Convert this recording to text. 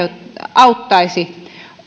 auttaisi